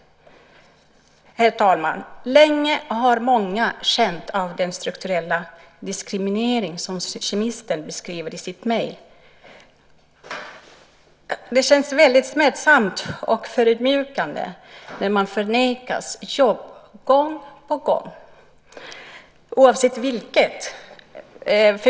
Herr talman! Länge har många känt av den strukturella diskriminering som kemisten beskriver i sitt mejl. Det känns väldigt smärtsamt och förödmjukande när man förnekas jobb gång på gång, oavsett vilket.